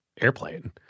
airplane